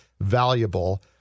valuable